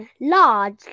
large